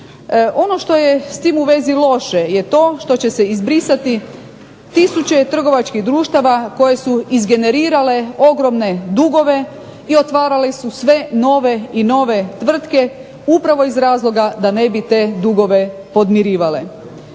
Ono što je s tim u vezi loše je to što će se izbrisati tisuće trgovačkih društava koje su izgenerirale ogromne dugove i otvarali su sve nove i nove tvrtke upravo iz razloga da ne bi te dugove podmirivale.